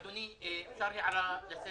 אדוני, אני מבקש הערה לסדר.